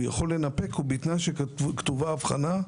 הוא יכול לנפק, ובתנאי שכתובה אבחנה,